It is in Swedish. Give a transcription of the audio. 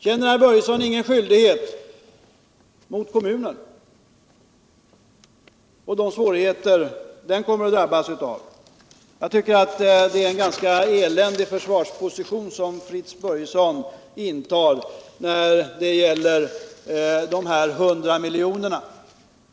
Känner herr Börjesson ingen skyldighet mot kommunen där att lämna hjälp i de svårigheter som den kommer att drabbas av? Jag tycker att det är en ganska eländig försvarsposition som herr Fritz Börjesson intar när det gäller de hundra miljonerna.